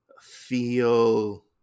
feel